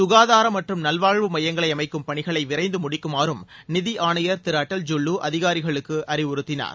சுகாதாரம் மற்றும் நல்வாழ்வு மையங்களை அமைக்கும் பணிகளை விரைந்து முடிக்குமாறும் நிதி ஆணையர் திரு அடல் ஜுல்லு அதிகாரிகளுக்கு அறிவுறுத்தினார்